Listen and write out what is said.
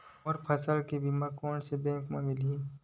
मोर फसल के बीमा कोन से बैंक म मिलही?